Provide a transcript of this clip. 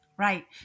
Right